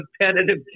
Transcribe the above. competitive